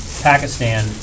Pakistan